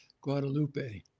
Guadalupe